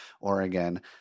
Oregon